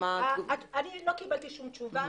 לא קיבלתי שום תשובה.